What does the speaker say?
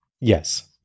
Yes